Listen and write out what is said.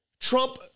Trump